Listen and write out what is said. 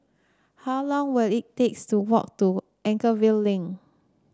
how long will it takes to walk to Anchorvale Link